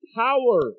power